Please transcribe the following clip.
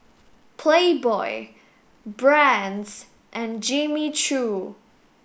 Playboy Brand's and Jimmy Choo